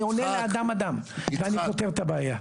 אני עונה לאדם, אדם, ואני פותר את הבעיה.